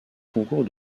concours